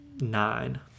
nine